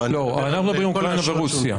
לא, אנחנו מדברים על אוקראינה ורוסיה.